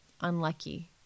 unlucky